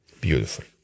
Beautiful